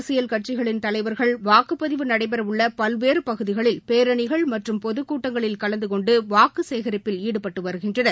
அரசியல் கட்சிகளின் தலைவர்கள் வாக்குப்பதிவு நடைபெறவுள்ள பல்வேறு பகுதிகளில் பேரணிகள் மற்றும் பொதுக்கூட்டங்களில் கலந்துகொண்டு வாக்கு சேகரிப்பில் ஈடுபட்டு வருகின்றனர்